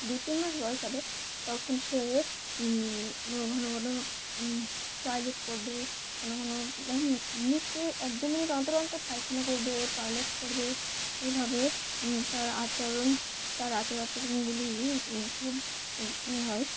দু তিন মাস বয়স হবে তখন সে ঘন ঘন টয়লেট করবে ঘন ঘন মিনিটে এক দু মিনিট অন্তর অন্তর পায়খানা করবে টয়লেট করবে এইভাবে তার আচরণ তার আচর আচরণগুলি খুব ইয়ে হয়